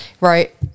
right